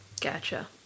Gotcha